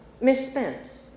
misspent